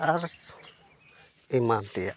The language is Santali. ᱟᱨ ᱮᱢᱟᱱ ᱛᱮᱭᱟᱜ